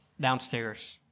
downstairs